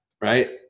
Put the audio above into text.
right